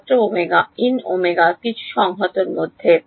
ছাত্র Ω Ω কিছু তে সংহত মধ্যে